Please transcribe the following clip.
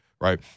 right